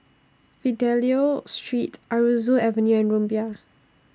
Fidelio Street Aroozoo Avenue and Rumbia